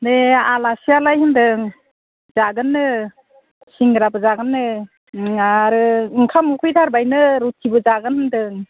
दे आलासियालाय होन्दों जागोननो सिंग्राबो जागोननो आरो ओंखाम उखैथारबायनो रुथिबो जागोन होन्दों